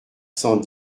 cent